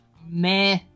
Meh